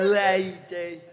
lady